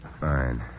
Fine